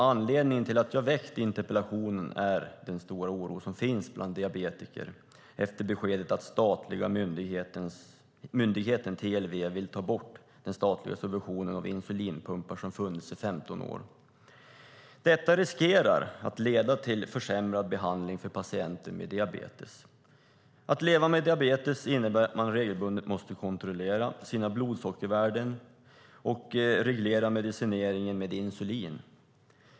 Anledningen till att jag har ställt interpellationen är den stora oro som finns bland diabetiker efter beskedet att den statliga myndigheten TLV vill ta bort den statliga subventionen av insulinpumpar som funnits i 15 år. Detta riskerar att leda till försämrad behandling för patienter med diabetes. Att leva med diabetes innebär att man regelbundet måste kontrollera sina blodsockervärden och reglera medicineringen av insulin.